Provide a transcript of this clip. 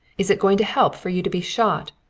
is it going to help for you to be shot?